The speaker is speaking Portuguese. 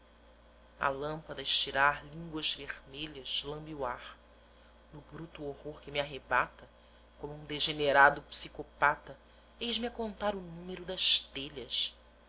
a estirar línguas vermelhas lambe o ar no bruto horror que me arrebata como um degenerado psicopata eis-me a contar o número das telhas